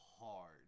hard